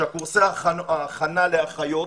קורסי ההכנה לאחיות,